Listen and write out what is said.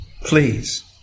please